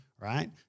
right